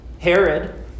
Herod